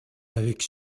avec